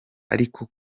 ariko